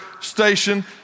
station